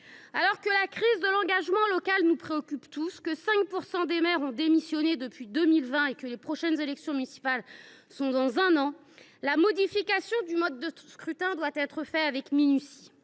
Alors que la crise de l’engagement local nous préoccupe tous, que 5 % des maires ont démissionné depuis 2020, et que les prochaines élections municipales sont dans un an, toute modification du mode de scrutin doit être faite avec minutie.